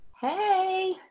Hey